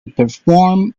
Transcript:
perform